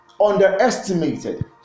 underestimated